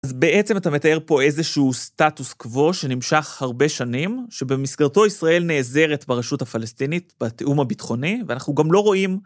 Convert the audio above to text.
אז בעצם אתה מתאר פה איזשהו סטטוס קבו שנמשך הרבה שנים, שבמסגרתו ישראל נעזרת ברשות הפלסטינית בתאום הביטחוני, ואנחנו גם לא רואים...